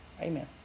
Amen